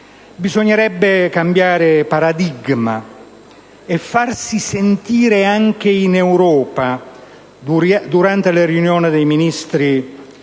Bisognerebbe cambiare paradigma e farsi sentire anche in Europa durante le riunioni dei Ministri